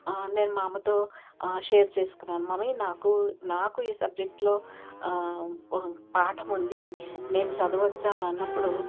నేను మా అమ్మతో షేర్ చేసుకున్నాను మమ్మీ నాకు నాకు ఈ సబ్జెక్టులో పాఠం ఉంది నేను చదవచ్చా అని అన్నప్పుడు